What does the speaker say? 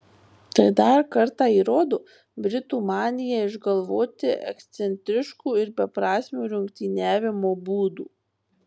tai dar kartą įrodo britų maniją išgalvoti ekscentriškų ir beprasmių rungtyniavimo būdų